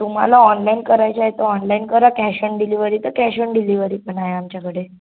तुम्हाला ऑनलाईन करायच्याय तर ऑनलाईन करा कॅश ऑन डिलिवरी तर कॅश ऑन डिलिवरी पण आहे आमच्याकडे